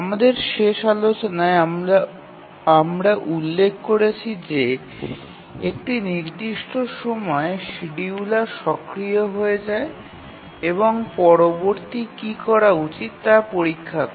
আমাদের শেষ আলোচনায় আমরা উল্লেখ করেছি যে একটি নির্দিষ্ট সময়ে শিডিয়ুলার সক্রিয় হয়ে যায় এবং পরবর্তী কী করা উচিত তা পরীক্ষা করে